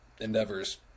endeavors